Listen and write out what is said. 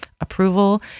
approval